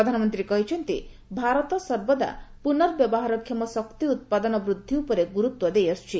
ପ୍ରଧାନମନ୍ତ୍ରୀ କହିଛନ୍ତି ଭାରତ ସର୍ବଦା ପୁନର୍ବ୍ୟବହାର କ୍ଷମ ଶକ୍ତି ଉତ୍ପାଦନ ବୃଦ୍ଧି ଉପରେ ଗୁରୁତ୍ୱ ଦେଇଆସୁଛି